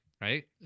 right